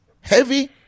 Heavy